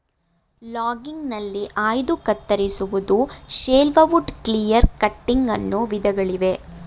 ಲಾಗಿಂಗ್ಗ್ನಲ್ಲಿ ಆಯ್ದು ಕತ್ತರಿಸುವುದು, shelterwood, clear cutting ಅನ್ನೋ ವಿಧಗಳಿವೆ